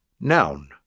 Noun